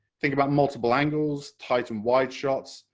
think about multiple angles, tight and wide shots,